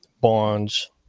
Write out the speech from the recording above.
bonds